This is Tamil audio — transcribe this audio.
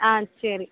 ஆ சரி